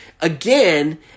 again